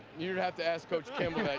you have to ask coach campbell that.